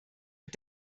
und